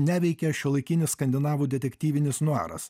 neveikia šiuolaikinis skandinavų detektyvinis nuaras